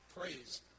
praise